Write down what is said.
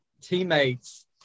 teammates